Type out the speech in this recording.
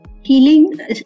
Healing